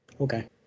Okay